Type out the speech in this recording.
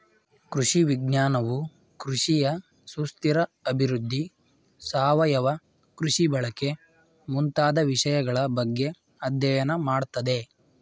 ಕೃಷಿ ವಿಜ್ಞಾನವು ಕೃಷಿಯ ಸುಸ್ಥಿರ ಅಭಿವೃದ್ಧಿ, ಸಾವಯವ ಕೃಷಿ ಬಳಕೆ ಮುಂತಾದ ವಿಷಯಗಳ ಬಗ್ಗೆ ಅಧ್ಯಯನ ಮಾಡತ್ತದೆ